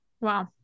wow